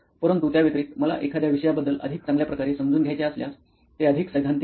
परंतु त्या व्यतिरिक्त मला एखाद्या विषयाबद्दल अधिक चांगल्या प्रकारे समजून घ्यायचे असल्यास ते अधिक सैद्धांतिक आहे